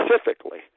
specifically